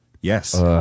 Yes